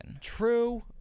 True